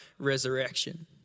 resurrection